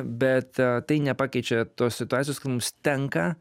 bet tai nepakeičia tos situacijos kai mums tenka